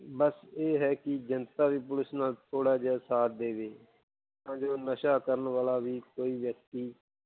ਬਸ ਇਹ ਹੈ ਕਿ ਜਨਤਾ ਵੀ ਪੁਲਿਸ ਨਾਲ਼ ਥੋੜ੍ਹਾ ਜਿਹਾ ਸਾਥ ਦੇਵੇ ਤਾਂ ਜੋ ਨਸ਼ਾ ਕਰਨ ਵਾਲਾ ਵੀ ਕੋਈ ਵਿਅਕਤੀ